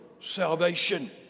salvation